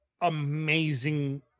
amazing